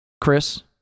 Chris